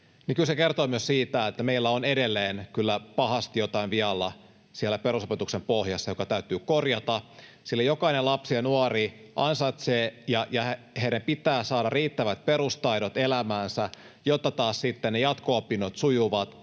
kyllä se kertoo myös siitä, että meillä on edelleen kyllä pahasti jotain vialla siellä perusopetuksen pohjassa, joka täytyy korjata, sillä jokainen lapsi ja nuori ansaitsee ja hänen pitää saada riittävät perustaidot elämäänsä, jotta taas sitten ne jatko-opinnot sujuvat